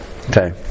Okay